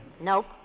Nope